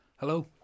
Hello